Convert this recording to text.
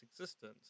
existence